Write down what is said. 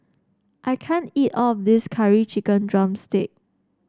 I can't eat all of this Curry Chicken drumstick